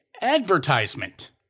advertisement